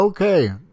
Okay